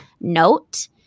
note